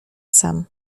sam